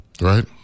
right